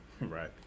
Right